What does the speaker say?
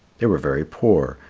they were very poor,